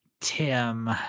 Tim